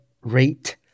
rate